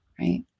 right